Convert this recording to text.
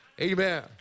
amen